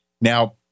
Now